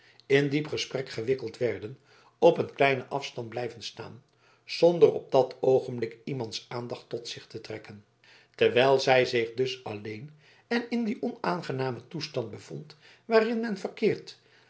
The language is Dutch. in diep gesprek gewikkeld werden op een kleinen afstand blijven staan zonder op dat oogenblik iemands aandacht tot zich te trekken terwijl zij zich dus alleen en in dien onaangenamen toestand bevond waarin men verkeert